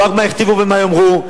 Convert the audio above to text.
לא רק מה יכתבו ומה יאמרו,